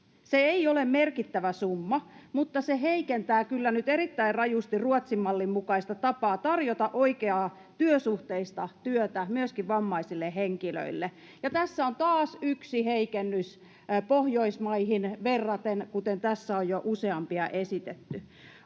Se ei ole merkittävä summa, mutta se heikentää kyllä nyt erittäin rajusti Ruotsin-mallin mukaista tapaa tarjota oikeaa työsuhteista työtä myöskin vammaisille henkilöille. Ja tässä on taas yksi heikennys Pohjoismaihin verraten, kuten tässä on jo useampia esitetty.